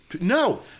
No